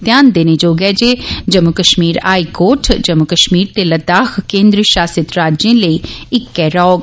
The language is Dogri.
गौरतलब ऐ जे जम्मू कश्मीर हाई कोर्ट जम्मू कश्मीर ते लद्दाख केन्द्रीय शासित राज्ये लेई इक्को रौह्ग